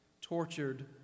tortured